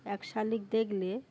এক শালিক দেখলে